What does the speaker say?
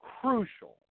crucial